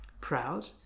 proud